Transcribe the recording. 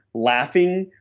laughing,